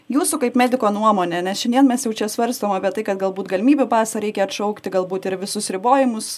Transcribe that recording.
jūsų kaip mediko nuomone nes šiandien mes jau čia svarstom apie tai kad galbūt galimybių pasą reikia atšaukti galbūt ir visus ribojimus